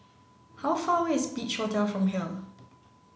how far away is Beach Hotel from here